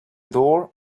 door